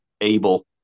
able